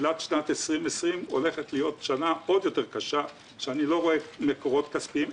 שנת 2020 הולכת להיות שנה עוד יותר קשה במקורות כספיים,